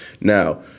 Now